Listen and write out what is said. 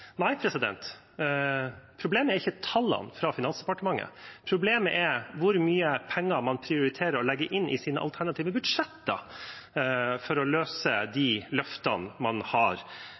Nei, problemet er ikke tallene fra Finansdepartementet. Problemet er hvor mye penger man prioriterer å legge inn i sine alternative budsjetter for å oppfylle de løftene man har